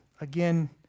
again